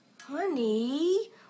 Honey